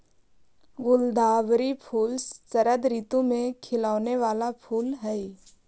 गुलदावरी फूल शरद ऋतु में खिलौने वाला फूल हई